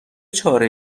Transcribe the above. چاره